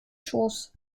schoß